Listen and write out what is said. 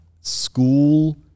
school